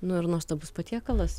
nu ir nuostabus patiekalas